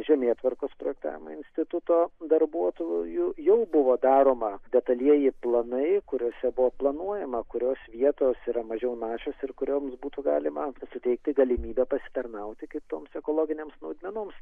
žemėtvarkos projektavimo instituto darbuotojų jau buvo daroma detalieji planai kuriuose buvo planuojama kurios vietos yra mažiau našios ir kurioms būtų galima suteikti galimybę pasitarnauti kitoms ekologinėms naudmenoms